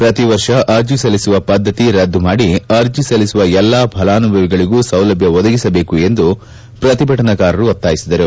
ಪ್ರತಿ ವರ್ಷ ಅರ್ಜಿ ಸಲ್ಲಿಸುವ ಪದ್ದತಿ ರದ್ದು ಮಾಡಿ ಅರ್ಜಿ ಸಲ್ಲಿಸುವ ಎಲ್ಲಾ ಫಲಾನುಭವಿಗಳಿಗೂ ಸೌಲಭ್ಯ ಒದಗಿಸಬೇಕು ಎಂದು ಪ್ರತಿಭಟನಾಕಾರರು ಒತ್ತಾಯಿಸಿದರು